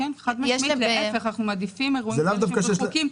אנחנו מעדיפים אירועים רחוקים,